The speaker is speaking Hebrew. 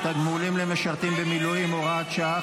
תגמולים למשרתים במילואים) (הוראת שעה,